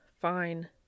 Fine